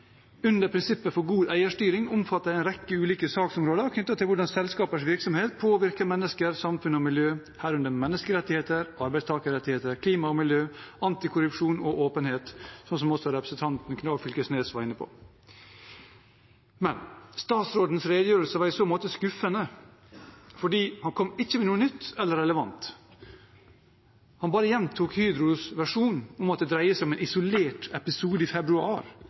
under prinsippet for god eierstyring, omfatter en rekke ulike saksområder knyttet til hvordan selskapers virksomhet påvirker mennesker, samfunn og miljø, herunder menneskerettigheter, arbeidstakerrettigheter, klima og miljø, antikorrupsjon og åpenhet – som også representanten Knag Fylkesnes var inne på. Men statsrådens redegjørelse var i så måte skuffende fordi han ikke kom med noe nytt eller relevant. Han gjentok bare Hydros versjon om at det dreier seg om en isolert episode i februar,